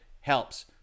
helps